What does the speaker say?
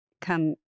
come